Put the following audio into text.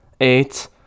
eight